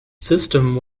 system